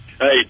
Hey